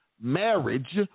marriage